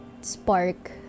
spark